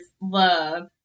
love